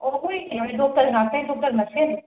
ꯑꯣ ꯑꯩꯈꯣꯏ ꯀꯩꯅꯣꯅꯦ ꯗꯣꯛꯇꯔ ꯉꯥꯛꯇꯅꯦ ꯗꯣꯛꯇꯔ ꯃꯁꯦꯟꯅꯦ